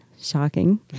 Shocking